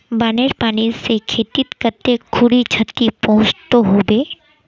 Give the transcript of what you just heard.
बानेर पानी से खेतीत कते खुरी क्षति पहुँचो होबे?